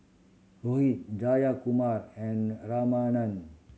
Rohit Jayakumar and Ramanand